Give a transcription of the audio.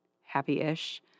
happy-ish